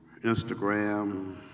Instagram